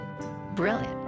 Brilliant